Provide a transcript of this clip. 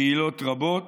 קהילות רבות.